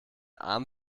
arm